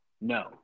no